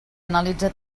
analitza